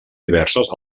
diverses